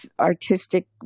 artistic